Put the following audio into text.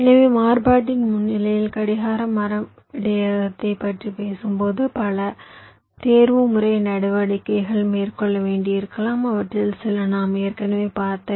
எனவே மாறுபாட்டின் முன்னிலையில் கடிகார மரம் இடையகத்தைப் பற்றி பேசும்போது பல தேர்வுமுறை நடவடிக்கைகளை மேற்கொள்ள வேண்டியிருக்கலாம் அவற்றில் சில நாம் ஏற்கனவே பார்த்தவை